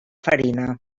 farina